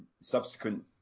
subsequent